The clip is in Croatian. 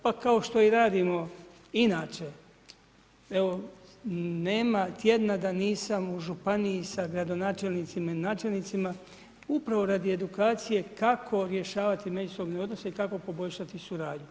Pa kao što i radimo i inače, nema tjedna da nisam u županiji sa gradonačelnicima i načelnicima, upravo radi edukacije, kako rješavati međusobne odnose i tako poboljšati suradnju.